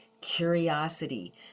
curiosity